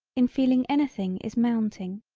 in feeling anything is mounting,